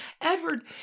Edward